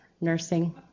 nursing